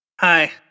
Hi